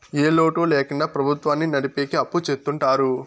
ఏ లోటు ల్యాకుండా ప్రభుత్వాన్ని నడిపెకి అప్పు చెత్తుంటారు